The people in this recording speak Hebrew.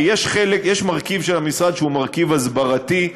כי יש מרכיב של המשרד שהוא מרכיב הסברתי,